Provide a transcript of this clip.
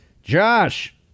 Josh